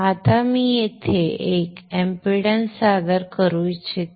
आता मी येथे एक एमपी डन्स सादर करू इच्छितो